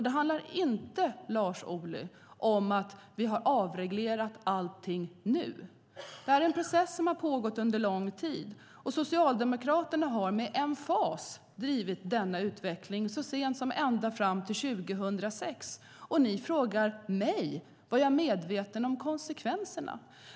Det handlar inte, Lars Ohly, om att vi har avreglerat allting nu. Detta är en process som har pågått under lång tid. Socialdemokraterna har med emfas drivit denna utveckling ända fram till 2006, och ni frågar mig om jag var medveten om konsekvenserna.